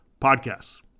podcasts